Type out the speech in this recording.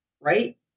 right